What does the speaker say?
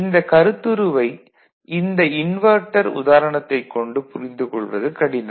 இந்த கருத்துருவை இந்த இன்வெர்ட்டர் உதாரணத்தைக் கொண்டு புரிந்துகொள்வது கடினம்